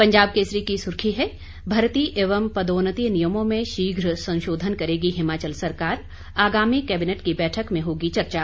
पंजाब केसरी की सुर्खी है भर्ती एवं पदोन्नति नियमों में शीघ्र संशोधन करेगी हिमाचल सरकार आगामी कैबिनेट की बैठक में होगी चर्चा